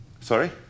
Sorry